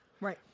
right